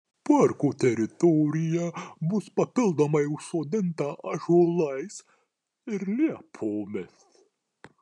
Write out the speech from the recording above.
parko teritorija bus papildomai užsodinta ąžuolais ir liepomis